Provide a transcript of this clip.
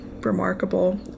remarkable